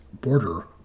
border